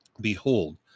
Behold